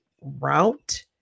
route